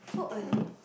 so early